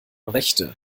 rechte